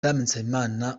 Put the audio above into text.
nsabimana